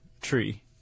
tree